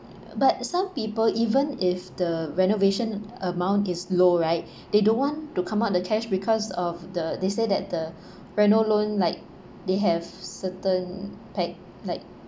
but some people even if the renovation amount is low right they don't want to come out the cash because of the they say that the reno loan like they have certain pack like